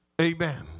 Amen